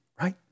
right